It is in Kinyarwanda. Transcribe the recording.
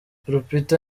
lupita